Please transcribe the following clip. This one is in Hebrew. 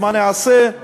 מה נעשה?